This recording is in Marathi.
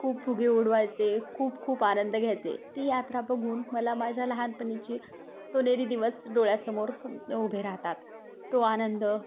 खूप फुगे उडवायचे खूप खूप आनंद घ्यायचे ती यात्रा बघून मला माझ्या लहानपणीची सोनेरी दिवस डोळ्यासमोर उभे राहतात तो आनंद